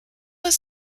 was